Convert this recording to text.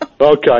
Okay